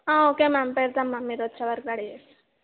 okay ma'am పెడతాం ma'am మీరు వచ్చే వరకు రెడీ చేసి